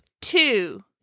two